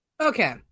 okay